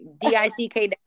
D-I-C-K